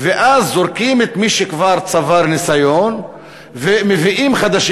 ואז זורקים את מי שכבר צבר ניסיון ומביאים חדשים